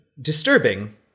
disturbing